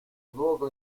luogo